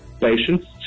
patients